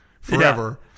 forever